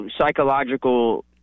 psychological